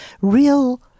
real